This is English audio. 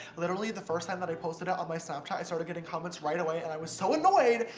literally the first time that i posted it on my snapchat, i started getting comments right away, and i was so annoyed,